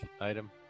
item